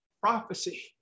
Prophecy